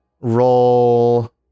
roll